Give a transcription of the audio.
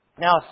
Now